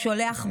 לא, זה לא קשור.